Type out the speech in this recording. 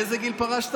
באיזה גיל פרשת?